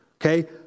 Okay